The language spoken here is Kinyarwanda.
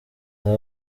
ngo